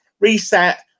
reset